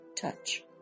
touch